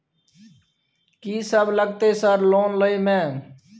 कि सब लगतै सर लोन लय में?